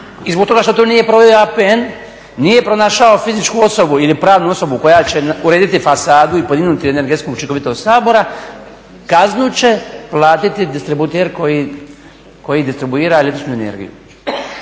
zbog toga što to nije proveo APN nije pronašao fizičku osobu ili pravnu osobu koja će urediti fasadu i podignuti energetsku učinkovitost Sabora, kaznu će platiti distributer koji distribuira električnu energiju.